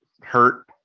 hurt